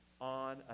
on